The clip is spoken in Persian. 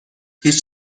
هیچ